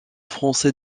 français